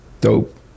Dope